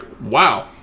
wow